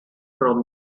from